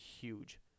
huge